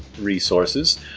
resources